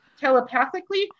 telepathically